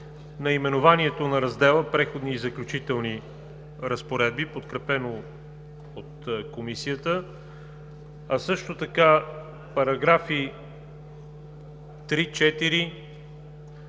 наименованието на Раздел „Преходни и заключителни разпоредби“, подкрепено от Комисията, а също така параграфи 3,